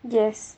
yes